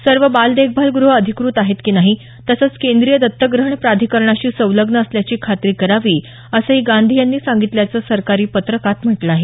सर्व बाल देखभाल ग्रह अधिकृत आहेत की नाही तसंच केंद्रीय दत्तक ग्रहण प्राधिकरणाशी संलग्न असल्याची खात्री करावी असंही गांधी यांनी सांगितल्याचं सरकारी पत्रकात म्हटलं आहे